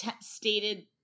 stated